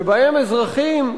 שבהם אזרחים,